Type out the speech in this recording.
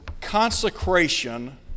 consecration